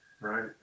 right